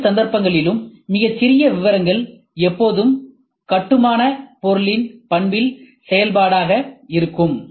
இரண்டு சந்தர்ப்பங்களிலும் மிகச்சிறிய விவரங்கள் எப்போதும் கட்டுமான பொருளின் பண்பின் செயல்பாடாக இருக்கும்